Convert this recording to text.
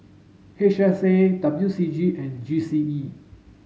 H S A W C G and G C E